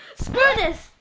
smoothness,